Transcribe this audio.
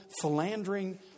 philandering